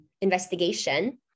investigation